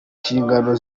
nshingano